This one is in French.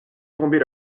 tomber